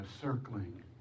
circling